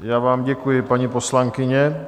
Já vám děkuji, paní poslankyně.